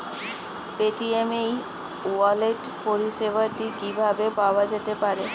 Paytm e wallet পরিষেবাটি কিভাবে পাওয়া যেতে পারে?